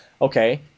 Okay